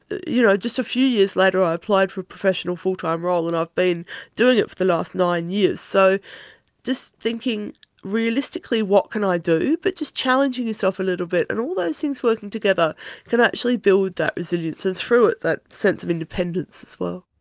you know just a few years later ah i applied for a professional full-time role and i've been doing it for the last nine years. so just thinking realistically what can i do, but just challenging yourself a little bit, and all those things working together can actually build that resilience, and tthrough it that sense of independence as well.